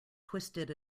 twisted